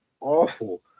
awful